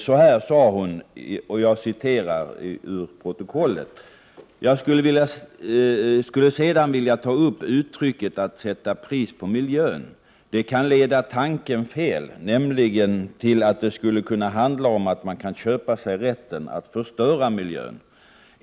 Så här sade hon — jag citerar ur protokollet: ”Jag skulle sedan vilja ta upp uttrycket att sätta pris på miljön. Det kan leda tanken fel, nämligen till att det skulle kunna handla om att man kan köpa sig rätten att förstöra miljön.